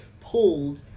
pulled